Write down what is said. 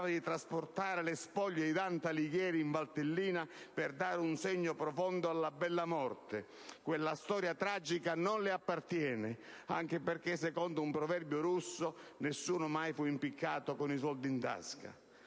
di trasportare le spoglie di Dante Alighieri in Valtellina per dare un segno profondo alla bella morte. Quella storia tragica non le appartiene, anche perché, secondo un proverbio russo, «nessuno mai fu impiccato con i soldi in tasca».